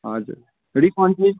हजुर रिफन्ड चाहिँ